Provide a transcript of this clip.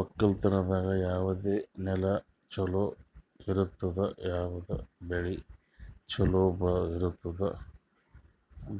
ಒಕ್ಕಲತನದಾಗ್ ಯಾವುದ್ ನೆಲ ಛಲೋ ಇರ್ತುದ, ಯಾವುದ್ ಬೆಳಿ ಛಲೋ ಇರ್ತುದ್